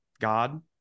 God